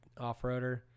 off-roader